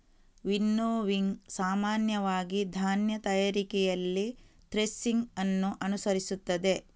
winnowing ಸಾಮಾನ್ಯವಾಗಿ ಧಾನ್ಯ ತಯಾರಿಕೆಯಲ್ಲಿ ಥ್ರೆಸಿಂಗ್ ಅನ್ನು ಅನುಸರಿಸುತ್ತದೆ